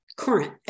current